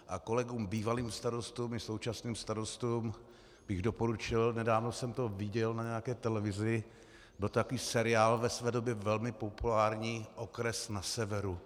A kolegům bývalým starostům i současným starostům bych doporučil, nedávno jsem to viděl na nějaké televizi, byl to takový seriál ve své době velmi populární Okres na severu.